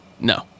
No